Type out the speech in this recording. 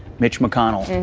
mitch mcconnell.